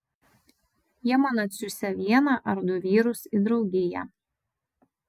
jie man atsiųsią vieną ar du vyrus į draugiją